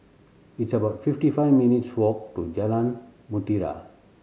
it's about fifty five minutes' walk to Jalan Mutiara